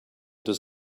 does